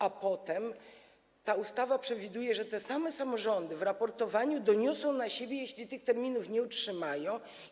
A potem ta ustawa przewiduje, że te samorządy w raportowaniu doniosą na siebie, jeśli tych terminów nie zachowają.